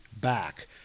back